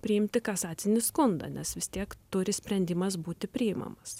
priimti kasacinį skundą nes vis tiek turi sprendimas būti priimamas